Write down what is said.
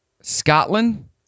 Scotland